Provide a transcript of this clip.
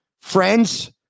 friends